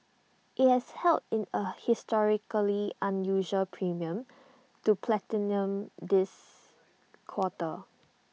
IT has held in A historically unusual premium to platinum this quarter